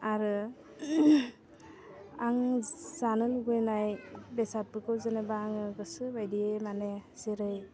आरो आं जानो लुगैनाय बेसादफोरखौ जेनेबा आङो गोसो बायदियै माने जेरै